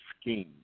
scheme